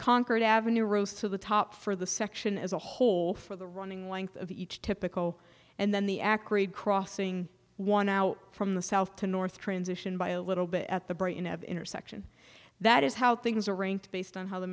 conquered ave rose to the top for the section as a whole for the running length of each typical and then the x rayed crossing one now from the south to north transition by a little bit at the brain of intersection that is how things are ranked based on how the